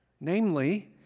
Namely